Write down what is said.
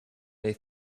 they